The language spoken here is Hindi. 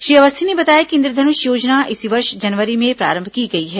श्री अवस्थी ने बताया कि इन्द्रधनुष योजना इसी वर्ष जनवरी में प्रारंभ की गई है